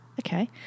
Okay